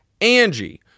Angie